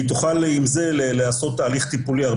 אם זה לא היה איתי,